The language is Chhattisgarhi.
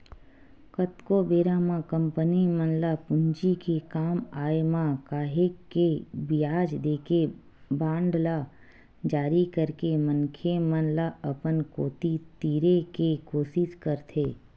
कतको बेरा म कंपनी मन ल पूंजी के काम आय म काहेक के बियाज देके बांड ल जारी करके मनखे मन ल अपन कोती तीरे के कोसिस करथे